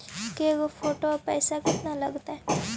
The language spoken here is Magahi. के गो फोटो औ पैसा केतना लगतै?